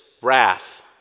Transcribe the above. wrath